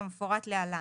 כמפורט להלן: